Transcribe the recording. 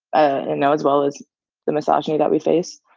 and know, as well as the misogyny that we face.